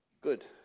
Good